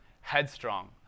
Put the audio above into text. headstrong